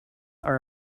are